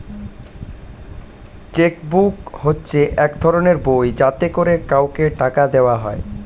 check book হচ্ছে এক ধরনের বই যাতে করে কাউকে টাকা দেওয়া হয়